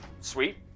Sweet